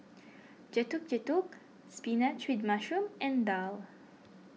Getuk Getuk Spinach with Mushroom and Daal